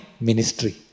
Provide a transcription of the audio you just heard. ministry